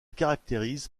caractérise